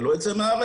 ולא יוצא מהארץ,